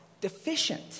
deficient